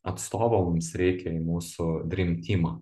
atstovo mums reikia į mūsų drym tymą